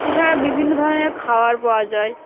এছাড়া বিভিন্ন ধরনের খাওয়ার পাওয়া যায়